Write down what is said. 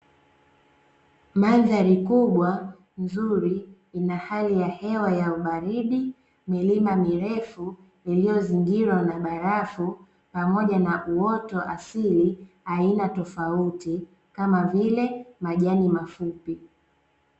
Mandhari kubwa nzuri ina hali ya hewa ya ubaridi, milima mirefu iliyozingirwa na barafu pamoja na uoto wa asili aina tofauti kama vile majani mafupi.